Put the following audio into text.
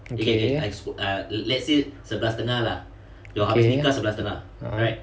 okay okay